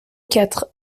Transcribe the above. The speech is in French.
quatre